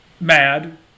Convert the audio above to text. mad